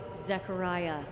Zechariah